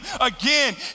again